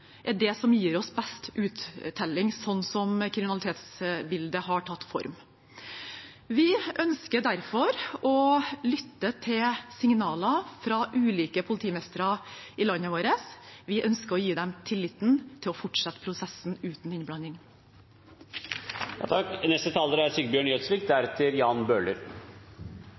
er det som gir oss best uttelling, sånn som kriminalitetsbildet har tatt form. Vi ønsker derfor å lytte til signaler fra ulike politimestre i landet vårt. Vi ønsker å gi dem tilliten til å fortsette prosessen uten innblanding. Det er